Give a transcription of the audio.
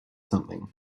something